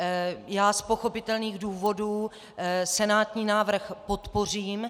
Já z pochopitelných důvodů senátní návrh podpořím.